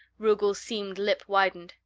rugel's seamed lip widened.